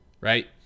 right